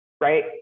Right